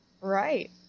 Right